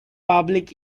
public